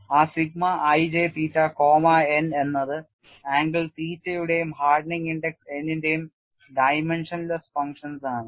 ആ sigma ij theta comma n എന്നത് angle തീറ്റയുടെയും hardening index n ഇന്റെയും dimensionless functions ആണ്